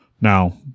Now